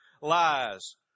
lies